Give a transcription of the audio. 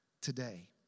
today